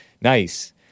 Nice